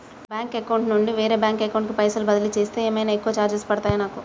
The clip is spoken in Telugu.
నా బ్యాంక్ అకౌంట్ నుండి వేరే బ్యాంక్ అకౌంట్ కి పైసల్ బదిలీ చేస్తే ఏమైనా ఎక్కువ చార్జెస్ పడ్తయా నాకు?